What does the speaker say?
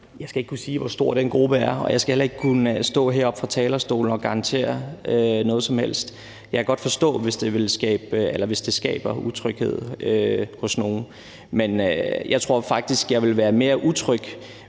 Jeg skal ikke kunne sige, hvor stor den gruppe er, og jeg skal heller ikke kunne stå og garantere noget som helst heroppe fra talerstolen. Jeg kan godt forstå det, hvis det skaber utryghed hos nogle, men jeg tror faktisk, jeg ville være mere utryg,